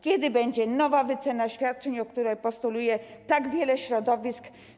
Kiedy będzie nowa wycena świadczeń, o które postuluje tak wiele środowisk?